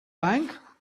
bank